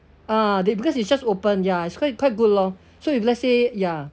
uh they because it's just open ya it's quite quite good lor so if let's say ya